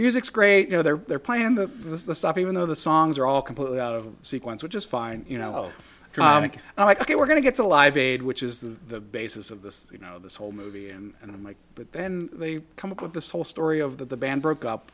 music's great you know their their plan that this is the stuff even though the songs are all completely out of sequence which is fine you know like ok we're going to get to live aid which is the basis of this you know this whole movie and i'm like but then they come up with this whole story of the band broke up